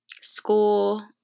school